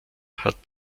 hat